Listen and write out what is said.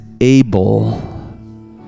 able